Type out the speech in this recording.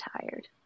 tired